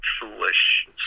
foolish